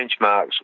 benchmarks